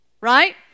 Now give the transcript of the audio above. Right